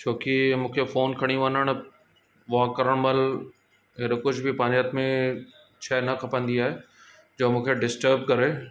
छो की मुखे फ़ोन खणी वञण वॉक करण महिल अहिड़ो कुझु बि पंहिंजे हथ में शइ न खपंदी आहे जो मूंखे डिस्टर्ब करे